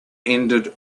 ended